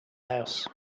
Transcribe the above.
house